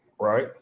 right